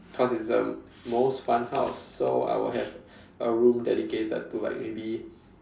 cause it's the most fun house so I will have a room dedicated to like maybe